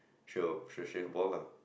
she will she will shave bald lah